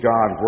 God